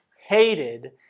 hated